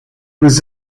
was